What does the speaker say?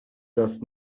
does